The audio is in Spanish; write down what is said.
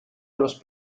los